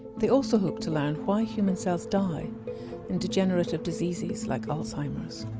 they also hope to learn why human cells die in degenerative diseases like alzheimer's.